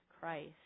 christ